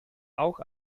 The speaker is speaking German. auch